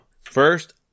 First